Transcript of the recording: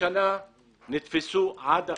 השנה נתפסו, עד עכשיו,